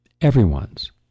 everyone's